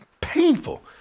painful